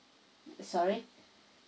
sorry